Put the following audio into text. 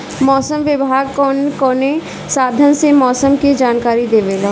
मौसम विभाग कौन कौने साधन से मोसम के जानकारी देवेला?